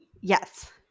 Yes